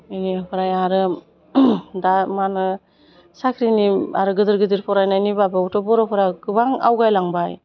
बेनिफ्राय आरो दा मा होनो साख्रिनि आरो गेदेर गेदेर फरायनायनि माबाायवथ' बर'फोरा गोबां आवगायलांबाय